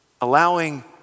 allowing